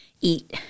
eat